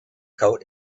coat